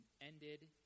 ended